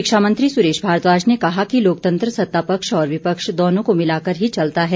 शिक्षा मंत्री सुरेश भारद्वाज ने कहा कि लोकतंत्र सत्ता पक्ष और विपक्ष दोनों को मिलाकर ही चलता है